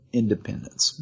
independence